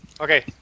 Okay